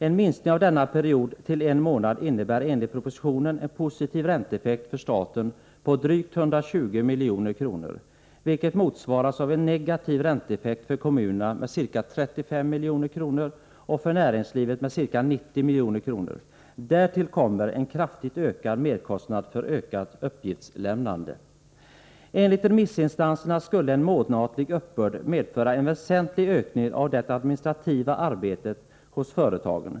En minskning av denna period till en månad innebär enligt propositionen en positiv ränteeffekt för staten på drygt 120 milj.kr., vilket motsvaras av en negativ ränteeffekt för kommunerna med ca 35 milj.kr. och för näringslivet med ca 90 milj.kr. Därtill kommer en kraftigt ökad merkostnad för ökat uppgiftslämnande. Enligt remissinstanserna skulle en månatlig uppbörd medföra en väsentlig ökning av det administrativa arbetet hos företagen.